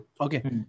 Okay